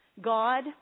God